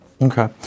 Okay